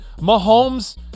Mahomes